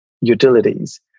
utilities